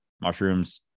mushrooms